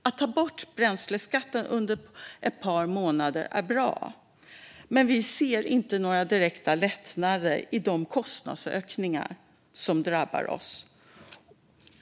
Att ta bort bränsleskatten under ett par månader är bra, men vi ser inte några direkta lättnader i de kostnadsökningar som drabbar oss.